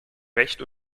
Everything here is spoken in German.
recht